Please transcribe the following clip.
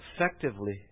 effectively